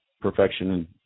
perfection